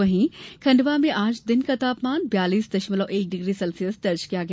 वहीं खंडवा में आज दिन का तापमान बयालीस दशमलव एक डिग्री सेल्सियस दर्ज किया गया